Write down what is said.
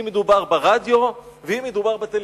אם מדובר ברדיו ואם מדובר בטלוויזיה.